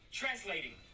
translating